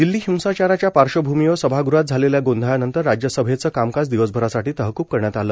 दिल्ली हिंसाचाराच्या पार्श्वभूमीवर सभागृहात झालेल्या गोंधळानंतर राज्यसभेचे कामकाज दिवसभरासाठी तहकूब करण्यात आले